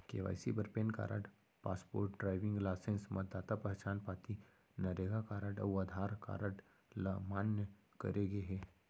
KYC बर PAN card, passport, driving licence, मतदाता पहचान पाती, नरेगा कारड अउ आधार कारड ल मान्य करे गे हे